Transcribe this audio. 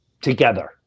together